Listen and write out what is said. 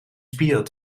spieren